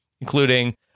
including